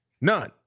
None